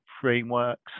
frameworks